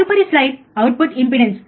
తదుపరి slide output impedance